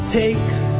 takes